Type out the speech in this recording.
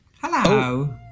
Hello